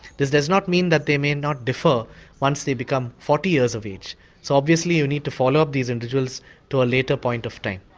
this does not mean that they may not defer once they become forty years of age so obviously you need to follow up these individuals to a later point of time.